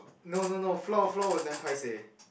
no no no floor floor is damn paiseh